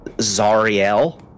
Zariel